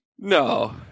No